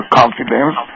confidence